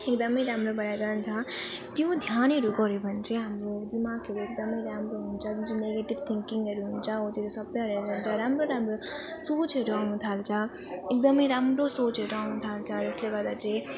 एकदम राम्रो भएर जान्छ त्यो ध्यानहरू गऱ्यो भने चाहिँ हाम्रो दिमागहरू एकदम राम्रो हुन्छ जुन चाहिँ नेगेटिभ थिङ्किङहरू हुन्छ हो त्योहरू सब हेरेर जान्छ राम्रो राम्रो सोचहरू आउनु थाल्छ एकदम राम्रो सोचहरू आउनु थाल्छ जसले गर्दा चाहिँ